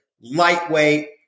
lightweight